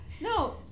No